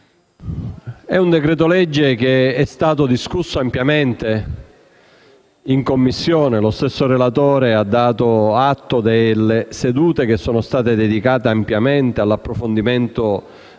di un decreto-legge che è stato discusso ampiamente in Commissione. Lo stesso relatore ha dato atto delle sedute che sono state ampiamente dedicate all'approfondimento dei